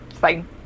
fine